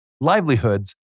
livelihoods